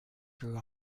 grew